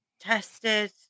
tested